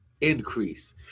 increase